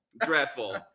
dreadful